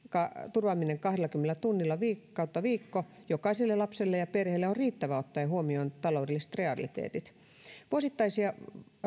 turvaaminen kahdellakymmenellä tunnilla viikossa jokaiselle lapselle ja perheelle on riittävä ottaen huomioon taloudelliset realiteetit vuosittaisia